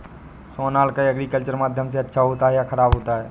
Sonalika agriculture माध्यम से अच्छा होता है या ख़राब होता है?